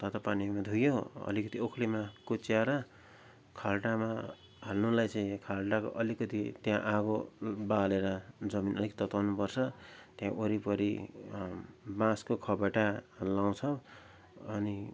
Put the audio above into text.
तातो पानीमा धोयो अलिकति ओखलीमा कुच्च्याएर खाल्टोमा हाल्नुलाई चाहिँ खाल्टो अलिकति त्यहाँ आगो बालेर जमिन अलिक तताउनु पर्छ त्यहाँ वरिपरि बाँसको खपेटा लाउँछ अनि